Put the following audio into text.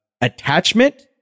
attachment